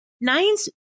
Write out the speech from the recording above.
Nines